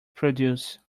produce